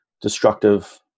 destructive